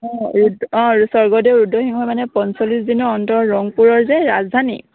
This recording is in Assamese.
অঁ ৰুদ অঁ স্বৰ্গদেউ ৰুদ্ৰসিংহই মানে পঞ্চলিছ দিনৰ অন্তৰ ৰংপুৰৰ যে ৰাজধানী